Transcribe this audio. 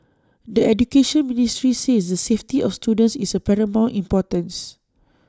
the Education Ministry says the safety of students is of paramount importance